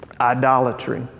idolatry